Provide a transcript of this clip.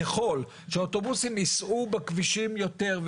ככל שאוטובוסים ייסעו בכבישים יותר,